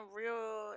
real